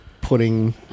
putting